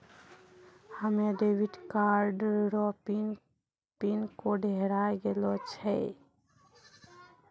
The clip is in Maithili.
हमे डेबिट कार्ड रो पिन कोड हेराय गेलो छै